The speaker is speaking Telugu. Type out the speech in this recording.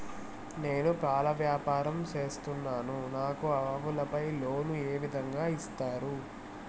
నేను పాల వ్యాపారం సేస్తున్నాను, నాకు ఆవులపై లోను ఏ విధంగా ఇస్తారు